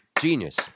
Genius